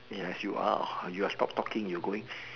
ya if you are or you are stop talking you going